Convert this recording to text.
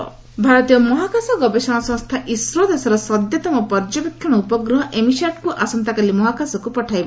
ISRO EMISAT ଭାରତୀୟ ମହାକାଶ ଗବେଷଣା ସଂସ୍ଥା ଇସ୍ରୋ ଦେଶର ସଦ୍ୟତମ ପର୍ଯ୍ୟବେକ୍ଷଣ ଉପଗ୍ରହ ଏମିସାଟ୍କୁ ଆସନ୍ତାକାଲି ମହାକାଶକୁ ପଠାଇବ